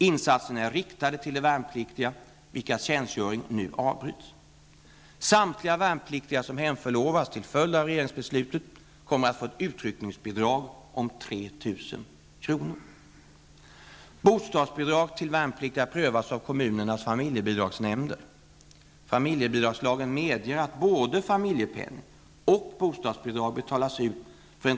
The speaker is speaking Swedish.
Insatserna är riktade till de värnpliktiga vilkas tjänstgöring nu avbryts. Samtliga värnpliktiga som hemförlovas till följd av regeringsbeslutet kommer att få ett utryckningsbidrag om 3 000 kr.